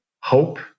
hope